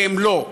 והם לא.